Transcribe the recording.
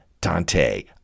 Dante